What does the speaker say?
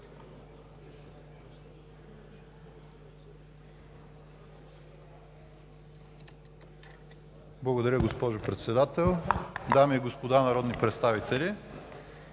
Уважаема госпожо Председател, дами и господа народни представители!